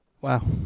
Wow